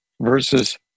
versus